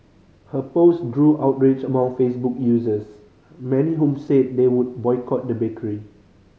her post drew outrage among Facebook users many whom said they would boycott the bakery